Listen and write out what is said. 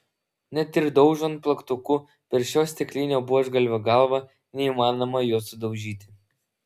net ir daužant plaktuku per šio stiklinio buožgalvio galvą neįmanoma jo sudaužyti